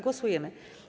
Głosujemy.